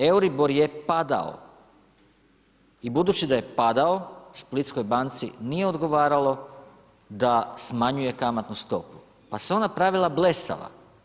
Euribor je padao i budući da je padalo, Splitskoj banci nije odgovaralo da smanjuje kamatnu stopu, pa se ona pravila blesava.